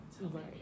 Right